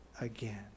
again